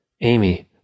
Amy